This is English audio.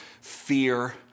fear